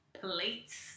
plates